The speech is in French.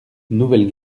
nouvelle